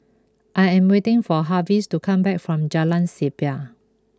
I am waiting for Harvie to come back from Jalan Siap